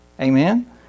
amen